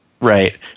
right